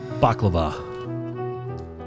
baklava